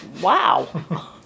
wow